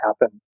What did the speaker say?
happen